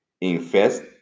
invest